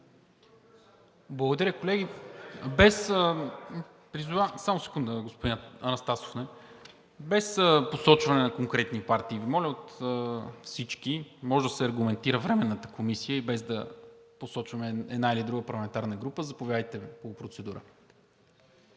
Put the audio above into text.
призовавам – без посочване на конкретни партии, Ви моля всички. Може да се аргументира Временната комисия и без да посочваме една или друга парламентарна група. Заповядайте по процедура.